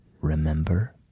Remember